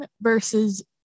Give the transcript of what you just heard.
versus